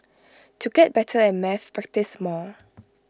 to get better at maths practise more